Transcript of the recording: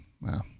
Wow